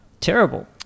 terrible